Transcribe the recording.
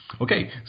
Okay